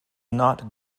not